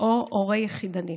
או הורה יחידני.